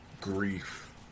grief